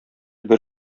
бер